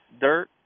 dirt